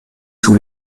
sous